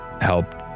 helped